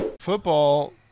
Football